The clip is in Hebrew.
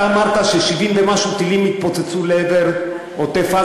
אתה אמרת ש-70 ומשהו טילים שוגרו לעבר עוטף-עזה,